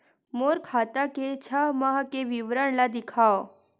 मोर खाता के छः माह के विवरण ल दिखाव?